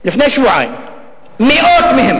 לפני שבועיים מאות מהם